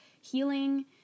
healing